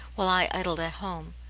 while i idle at home.